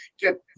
get